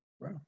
Wow